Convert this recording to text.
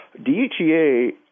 DHEA